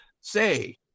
say